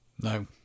No